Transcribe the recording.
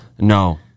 no